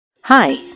Hi